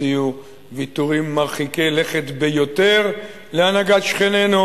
הציעו ויתורים מרחיקי לכת ביותר להנהגת שכנינו.